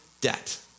debt